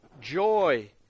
joy